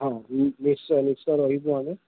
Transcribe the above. ହଁ ନିଶ୍ଚୟ ନିଶ୍ଚୟ ରହିବୁ ଆମେ